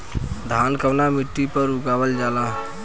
धान कवना मिट्टी पर उगावल जाला?